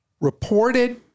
reported